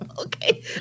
Okay